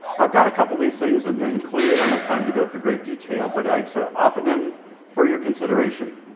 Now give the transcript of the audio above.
i've got a couple of these things and and clearly not enough time to go through great detail, but i sort of offer them for your consideration.